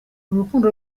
urukundo